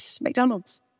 McDonald's